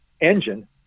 engine